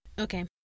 okay